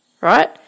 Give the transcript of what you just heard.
right